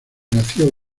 nació